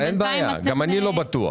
אין בעיה, גם אני לא בטוח.